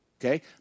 okay